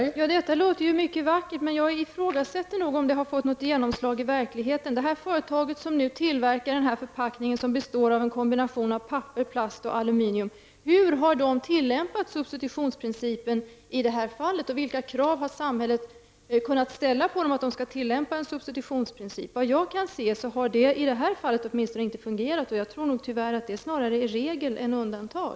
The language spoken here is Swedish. Fru talman! Detta låter mycket bra, men jag ifrågsätter om det har fått något genomslag i verkligheten. Hur har det företag som nu tillverkar denna förpackning som består av en kombination av papper, plast och aluminium tillämpat substitutionsprincipen? Vilka krav har samhället ställt på företaget att det skall tillämpa substitutionsprincipen? Såvitt jag kan förstå har substitutionsprincipen inte fungerat i det här fallet. Jag tror att detta tyvärr snarare är regel än undantag.